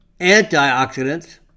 antioxidants